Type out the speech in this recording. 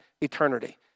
eternity